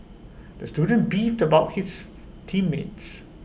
the student beefed about his team mates